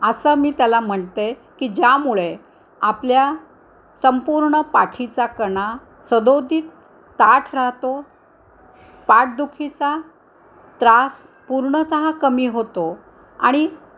असं मी त्याला म्हणते की ज्यामुळे आपल्या संपूर्ण पाठीचा कणा सदोदित ताठ राहतो पाठदुखीचा त्रास पूर्णतः कमी होतो आणि